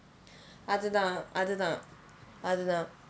அது தான் அது தான் அது தான்:athu thaan athu thaan athu thaan